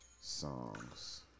songs